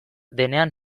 denean